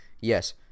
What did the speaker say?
Yes